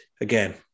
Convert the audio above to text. again